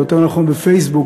או יותר נכון בפייסבוק,